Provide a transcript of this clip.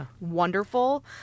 wonderful